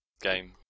Game